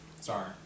Sorry